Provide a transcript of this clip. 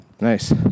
Nice